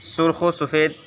سرخ و سفید